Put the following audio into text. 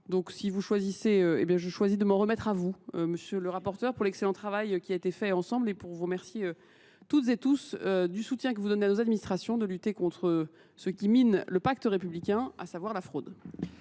Donc si vous choisissez, je choisis de m'en remettre à vous, monsieur le rapporteur, pour l'excellent travail qui a été fait ensemble et pour vous remercier. Toutes et tous du soutien que vous donnez à nos administrations de lutter contre ce qui mine le pacte républicain, à savoir la fraude.